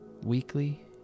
weekly